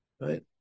right